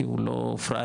כי הוא לא פריארר,